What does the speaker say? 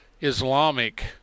Islamic